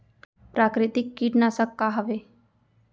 प्राकृतिक कीटनाशक का हवे?